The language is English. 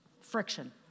friction